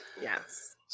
yes